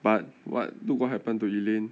but what look what happened to elaine